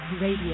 Radio